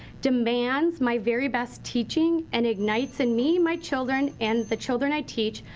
demands my very best teaching. and ignites in me, my children and the children i teach,